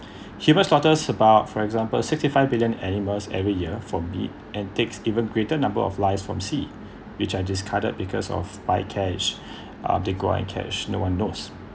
human totals about for example sixty five billion animals every year for meat and takes even greater number of lives from sea which are discarded because of by cage uh they grow up in cage no one knows